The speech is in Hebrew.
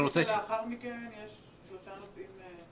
ביום שלישי שלאחר מכן יש שלושה נושאים.